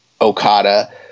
Okada